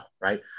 right